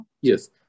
Yes